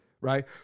right